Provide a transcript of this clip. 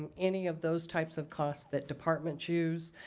and any of those types of costs that departments use.